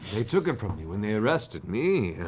they took it from me when they arrested me.